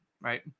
right